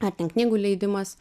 ar ten knygų leidimas